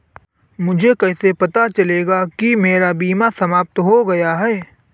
मुझे कैसे पता चलेगा कि मेरा बीमा समाप्त हो गया है?